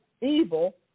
evil